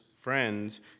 friend's